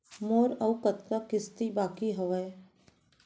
मोर अऊ कतका किसती बाकी हवय?